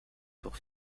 tour